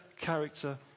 character